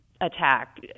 attack